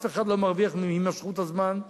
אף אחד לא מרוויח מהתמשכות הזמן.